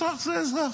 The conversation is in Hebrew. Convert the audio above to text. אזרח זה אזרח.